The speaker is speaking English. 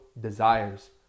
desires